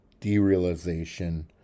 derealization